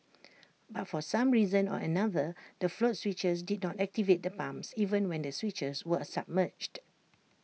but for some reason or another the float switches did not activate the pumps even when the switches were submerged